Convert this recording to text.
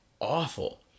awful